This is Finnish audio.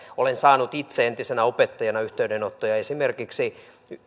olen saanut itse entisenä opettajana yhteydenottoja esimerkiksi